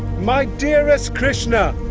my dearest krishna,